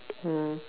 mm